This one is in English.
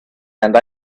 and